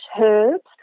herbs